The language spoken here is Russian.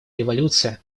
революция